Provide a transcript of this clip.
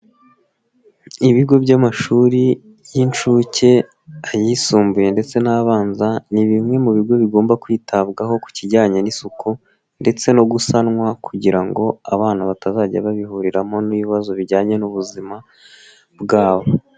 Ibigo by'amashuri y'inshuke, ayisumbuye ndetse n'abanza, ni bimwe mu bigo bigomba kwitabwaho ku kijyanye n'isuku ndetse no gusanwa kugira ngo abana batazajya babihuriramo n'ibibazo bijyanye n'ubuzima bwabo.